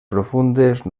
profundes